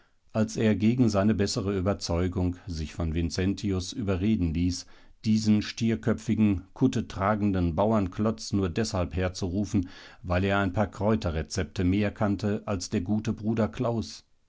als er gegen seine bessere überzeugung sich von vincentius überreden ließ diesen stierköpfigen kuttetragenden bauernklotz nur deshalb herzurufen weil er ein paar kräuterrezepte mehr kannte als der gute bruder klaus